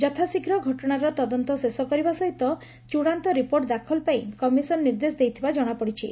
ଯଥାଶୀଘ୍ର ଘଟଣାର ତଦନ୍ତ ଶେଷ କରିବା ସହିତ ଚୂଡାନ୍ତ ରିପୋର୍ଟ ଦାଖଲ ପାଇଁ କମିଶନ ନିର୍ଦ୍ଦେଶ ଦେଇଥିବା ଜଶାପଡିଛି